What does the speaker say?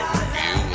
review